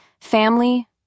family